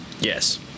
Yes